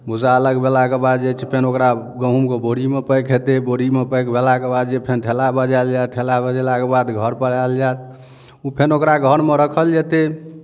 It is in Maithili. भुस्सा अलग भेलाके बाद जे छै फेर ओकरा गहूमके बोरीमे पैक हेतै बोरीमे पैक भेलाके बाद जे फेर ठेला बजायल जायत ठेला बजेलाके बाद घरपर आयल जायत फेर ओकरा घरमे राखल जेतै